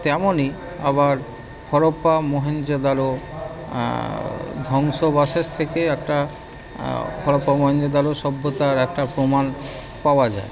তেমনই আবার হরপ্পা মহেঞ্জোদারো ধ্বংসাবশেষ থেকে একটা হরপ্পা মহেঞ্জোদারো সভ্যতার একটা প্রমাণ পাওয়া যায়